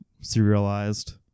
serialized